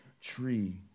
tree